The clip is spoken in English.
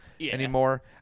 anymore